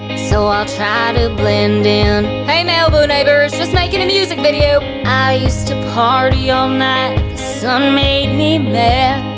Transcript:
so i'll try to blend in hey malibu neighbors, just makin' a music video i used to party all night the sun made me mad